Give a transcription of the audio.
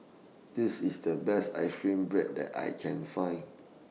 This IS The Best Ice Cream Bread that I Can Find